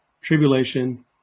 tribulation